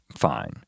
Fine